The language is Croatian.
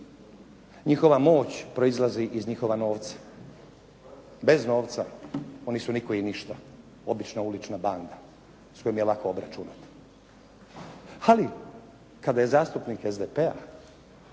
Njihova moć proizlazi iz njihova novca, bez novca oni su nitko i ništa, obična ulična banda s kojom je lako obračunati. Ali, kada je zastupnik SDP-a,